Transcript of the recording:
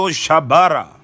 shabara